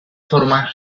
forma